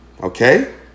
Okay